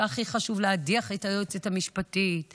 שהכי חשוב להדיח את היועצת המשפטית,